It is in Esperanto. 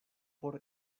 por